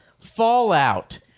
Fallout